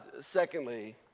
secondly